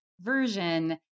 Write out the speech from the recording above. version